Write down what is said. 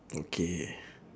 okay